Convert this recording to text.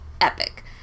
epic